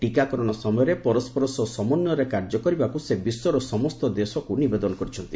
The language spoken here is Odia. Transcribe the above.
ଟିକାକରଣ ସମୟରେ ପରସ୍କର ସହ ସମନ୍ୱୟରେ କାର୍ଯ୍ୟ କରିବାକୁ ସେ ବିଶ୍ୱର ସମସ୍ତ ଦେଶକୁ ନିବେଦନ କରିଛନ୍ତି